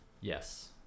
Yes